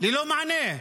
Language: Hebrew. ללא מענה,